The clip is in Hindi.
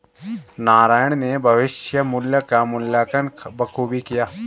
नारायण ने भविष्य मुल्य का मूल्यांकन बखूबी किया